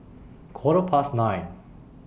Quarter Past nine